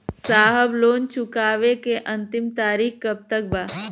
साहब लोन चुकावे क अंतिम तारीख कब तक बा?